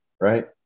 right